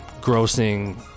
grossing